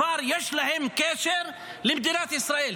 יש להם כבר קשר למדינת ישראל.